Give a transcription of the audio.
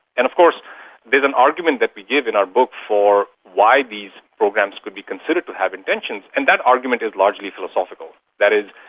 and of course there's an argument that we give in our book for why these programs could be considered to have intentions, and that argument is largely philosophical. that is,